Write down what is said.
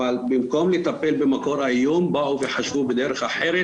אבל במקום לטפל במקור האיום באו וחשבו בדרך אחרת.